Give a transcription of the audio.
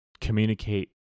communicate